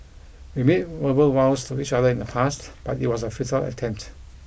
we made verbal vows to each other in the past but it was a futile attempt